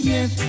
Yes